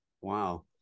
Wow